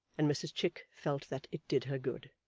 and mrs chick felt that it did her good.